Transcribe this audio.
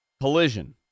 Collision